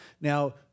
Now